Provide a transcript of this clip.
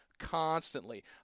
constantly